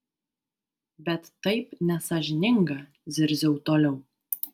bet taip nesąžininga zirziau toliau